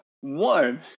One